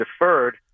deferred